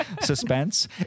Suspense